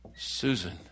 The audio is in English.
Susan